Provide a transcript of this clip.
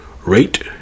rate